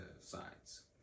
sides